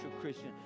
Christian